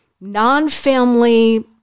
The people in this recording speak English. non-family